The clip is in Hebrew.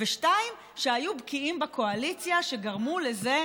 2. שהיו בקיעים בקואליציה שגרמו לזה